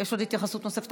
יש התייחסות נוספת.